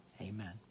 Amen